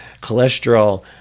cholesterol